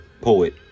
Poet